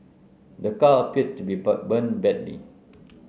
the car appeared to be but burnt badly